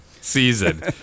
season